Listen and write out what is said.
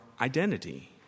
identity